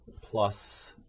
plus